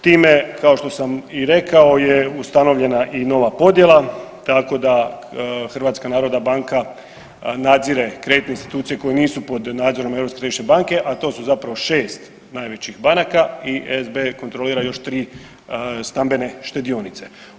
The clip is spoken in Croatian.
Time kao što sam i rekao je ustanovljena i nova podjela tako da HNB nadzire kreditne institucije koje nisu pod nadzorom Europske središnje banke, a to su zapravo 6 najvećih banaka i SB kontrolira još 3 stambene štedionice.